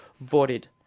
voted